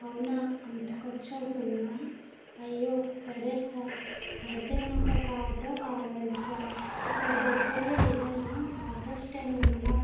అవునా అంత ఖర్చవుతుందా అయ్యో సరే సార్ అయితే నాకొక ఆటో కావాలి సార్ ఇక్కడ దగ్గర్లో ఏదైనా ఆటో స్ట్యాండ్ ఉందా